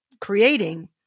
creating